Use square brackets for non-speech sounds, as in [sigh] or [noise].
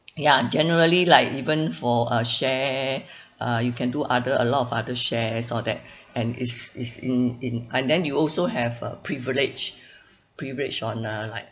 ya generally like even for a share [breath] uh you can do other a lot of other shares all that [breath] and it's it's in in and then you also have a privilege [breath] privilege on uh like